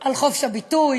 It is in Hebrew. על חופש הביטוי,